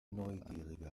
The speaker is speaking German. neugierige